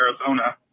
Arizona